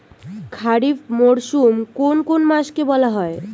খারিফ মরশুম কোন কোন মাসকে বলা হয়?